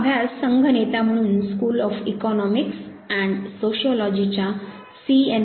हा अभ्यास संघ नेता म्हणून स्कूल ऑफ इकॉनॉमिक्स अँड सोशियोलॉजीच्या सी